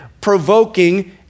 provoking